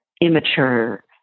immature